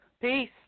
Peace